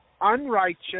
unrighteous